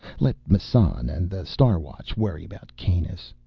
let massan and the star watch worry about kanus.